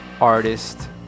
artist